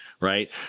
Right